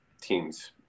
teams